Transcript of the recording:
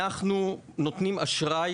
אנחנו נותנים אשראי,